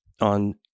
on